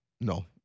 no